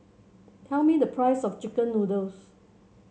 tell me the price of chicken noodles